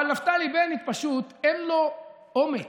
אבל נפתלי בנט, פשוט אין לו אומץ